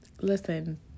Listen